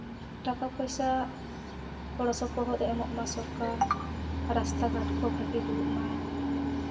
ᱴᱟᱠᱟ ᱯᱚᱭᱥᱟ ᱜᱚᱲᱚᱥᱚᱯᱚᱦᱚᱫ ᱮᱢᱚᱜ ᱢᱟ ᱥᱚᱨᱠᱟᱨ ᱨᱟᱥᱛᱟ ᱜᱷᱟᱴ ᱠᱚ ᱵᱷᱟᱹᱜᱤ ᱜᱮ ᱦᱩᱭᱩᱜ ᱢᱟ